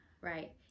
Right